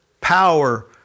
power